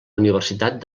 universitat